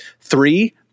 Three